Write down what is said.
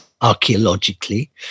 archaeologically